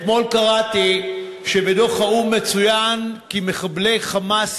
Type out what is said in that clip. אתמול קראתי בדוח האו"ם כי מחבלי "חמאס"